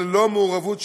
ללא מעורבות שיפוטית.